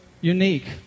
unique